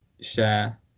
share